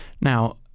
Now